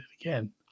again